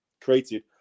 created